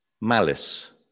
malice